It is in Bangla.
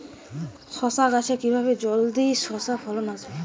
শশা গাছে কিভাবে জলদি শশা ফলন আসবে?